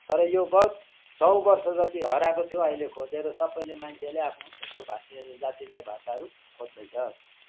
तर यो बहुत सय वर्ष जति हराएको थियो अहिले खोजेर सबैले मान्छेले आफ्नो यस्तो भाषीहरू जातीय भाषाहरू खोज्दैछ